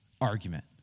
argument